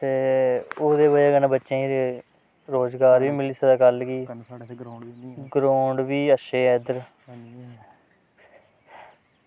ते ओह्दी बजह कन्नै रोज़गार बी मिली सकदा बच्चें ई ग्राऊंड बी अच्छे ऐ इद्धर